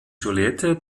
silhouette